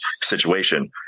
situation